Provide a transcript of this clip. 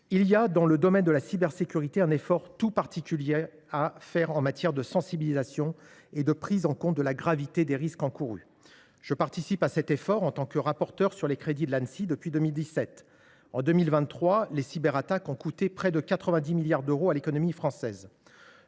dans le domaine de la cybersécurité, un effort tout particulier en matière de sensibilisation et de prise en compte de la gravité des risques encourus. Je participe à cet effort en tant que rapporteur sur les crédits de l’Anssi depuis 2017. En 2023, les cyberattaques ont coûté près de 90 milliards d’euros à l’économie française.